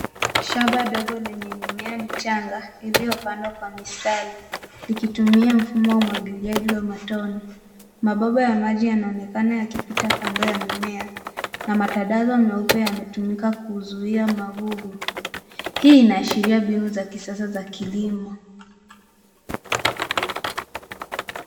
Shamba dogo lenye mimea michanga iliyopandwa kwa mistari likitumia mfumo wa umwagiliaji wa matone mabomba ya maji yanaonekana yakipita kando ya mimea na matandazo meupe yametumika kuzuia magugu. Hii inaashiria mbinu za kisasa za kilimo.